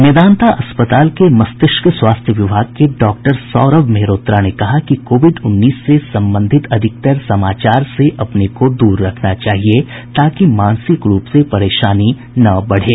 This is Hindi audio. मेदांता अस्पताल के मस्तिष्क स्वास्थ्य विभाग के डॉक्टर सौरभ मेहरोत्रा ने कहा कि कोविड उन्नीस से संबंधित अधिकतर समाचार से अपने को दूर रखना चाहिए ताकि मानसिक रूप से परेशानी न बढ़े